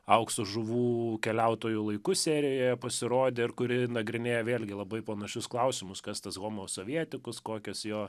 aukso žuvų keliautojų laiku serijoje pasirodė ir kuri nagrinėja vėlgi labai panašius klausimus kas tas homosovietikus kokios jo